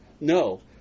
No